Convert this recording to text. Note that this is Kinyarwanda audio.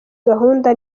gahunda